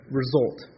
result